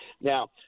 Now